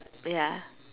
ya